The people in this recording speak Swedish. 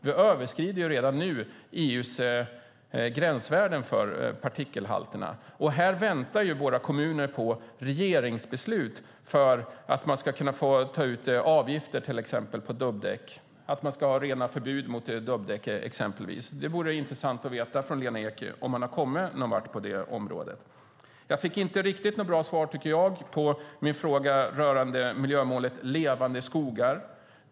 Vi överskrider redan nu EU:s gränsvärden för partikelhalterna. Här väntar våra kommuner på regeringsbeslut för att exempelvis kunna få ta ut avgifter på dubbdäck eller få ha förbud mot dubbdäck. Det vore intressant att av Lena Ek få veta om man har kommit någon vart på det området. Jag fick inte riktigt något bra svar på min fråga om miljömålet Levande skogar.